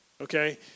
Okay